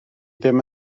ddim